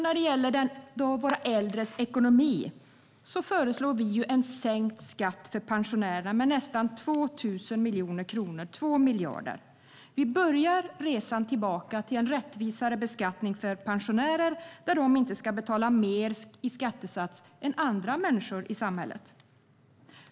När det gäller våra äldres ekonomi föreslår vi en sänkt skatt för pensionärer med nästan 2 miljarder. Vi börjar resan tillbaka till en rättvisare beskattning för pensionärer, som inte ska ha en högre skattesats än andra människor i samhället.